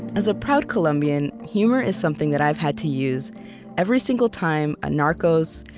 as a proud colombian, humor is something that i've had to use every single time a narcos,